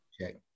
check